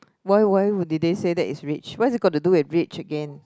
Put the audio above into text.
why why would did they say that is rich what is it got to do with red chicken